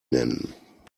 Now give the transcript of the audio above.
nennen